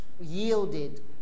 yielded